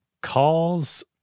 calls